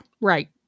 right